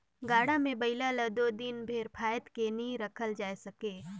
गाड़ा मे बइला ल दो दिन भेर फाएद के नी रखल जाए सके